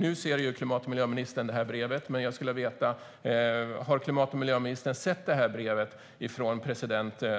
Nu ser klimat och miljöministern brevet från president Anote Tong, men jag skulle vilja veta